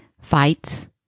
Fights